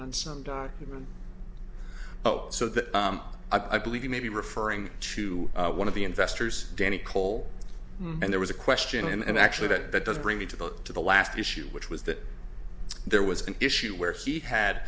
on some document oh so that i believe you may be referring to one of the investors danny cole and there was a question and actually that does bring me to the to the last issue which was that there was an issue where he had